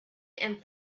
and